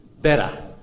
better